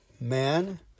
man